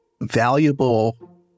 valuable